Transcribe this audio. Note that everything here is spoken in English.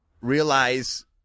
realize